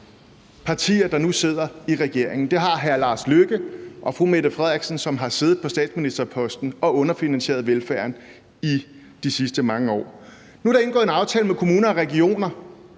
partier, der nu sidder i regeringen. Det har hr. Lars Løkke Rasmussen og fru Mette Frederiksen, som har siddet på statsministerposten og underfinansieret velfærden i de sidste mange år. Nu er der indgået en aftale med kommuner og regioner.